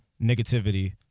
negativity